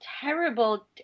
terrible